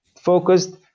focused